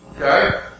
Okay